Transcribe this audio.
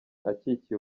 akikiye